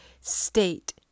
state